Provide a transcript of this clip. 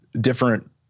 different